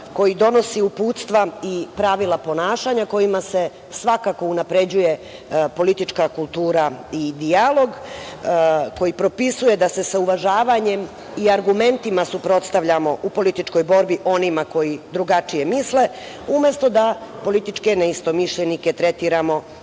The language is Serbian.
koji donosi uputstva i pravila ponašanja kojima se svakako unapređuje politička kultura i dijalog, koji propisuje da se sa uvažavanjem i argumentima suprotstavljamo u političkoj borbi onima koji drugačije misle umesto da političke neistomišljenike tretiramo